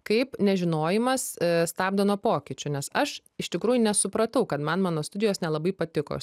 kaip nežinojimas stabdo nuo pokyčių nes aš iš tikrųjų nesupratau kad man mano studijos nelabai patiko